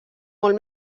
molt